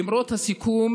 למרות הסיכום